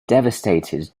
devastated